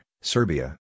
Serbia